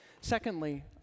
Secondly